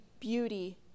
beauty